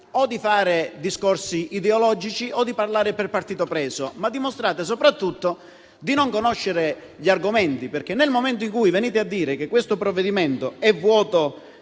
di fare discorsi ideologici, di parlare per partito preso, ma soprattutto di non conoscere gli argomenti. Nel momento infatti in cui venite a dire che questo provvedimento è vuoto